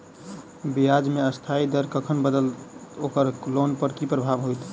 ब्याज केँ अस्थायी दर कखन बदलत ओकर लोन पर की प्रभाव होइत?